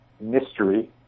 mystery